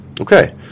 Okay